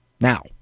Now